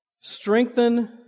strengthen